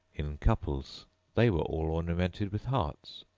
in couples they were all ornamented with hearts.